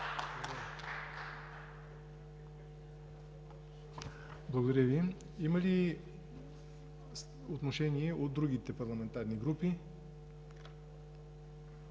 Благодаря Ви. Има ли отношение от другите парламентарни групи?